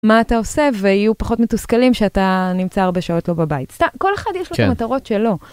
מה אתה עושה ויהיו פחות מתוסכלים שאתה נמצא הרבה שעות לא בבית, כל אחד יש לו את המטרות שלו.